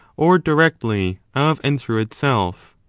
or directly, of and through itself.